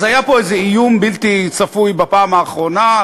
אז היה פה איזה איום בלתי צפוי בפעם האחרונה,